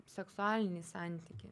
seksualinį santykį